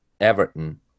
Everton